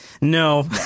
No